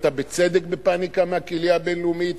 ואתה בצדק בפניקה מהקהילייה הבין-לאומית,